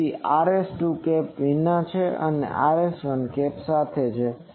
તેથી Rs2 cap વિના છે અને Rs1 કેપ સાથે છે